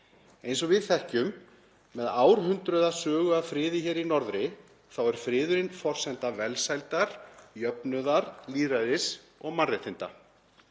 Eins og við þekkjum með árhundruða sögu af friði hér í norðri er friðurinn forsenda velsældar, jöfnuðar, lýðræðis og mannréttinda.